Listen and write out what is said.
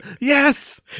yes